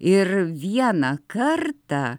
ir vieną kartą